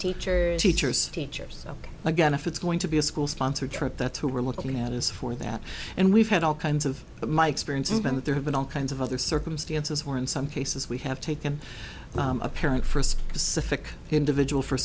teachers teachers teachers again if it's going to be a school sponsored trip that's who we're looking at is for that and we've had all kinds of my experience has been that there have been all kinds of other circumstances where in some cases we have taken a parent for a specific individual for